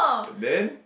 then